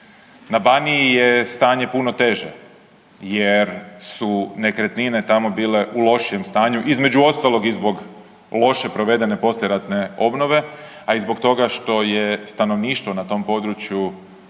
Na Baniji je stanje puno teže jer su nekretnine tamo bile u lošijem stanju, između ostalog i zbog loše provedene poslijeratne obnove, a i zbog toga što je stanovništvo na tom području